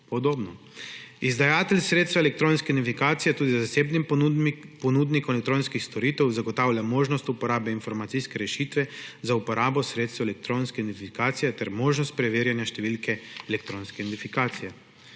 podobno. Izdajatelj sredstva elektronske identifikacije tudi zasebnemu ponudniku elektronskih storitev zagotavlja možnost uporabe informacijske rešitve za uporabo sredstev elektronske identifikacije ter možnost preverjanja številke elektronske identifikacije.